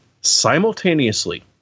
simultaneously